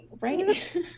right